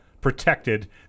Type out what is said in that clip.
Protected